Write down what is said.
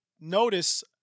notice